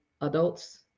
adults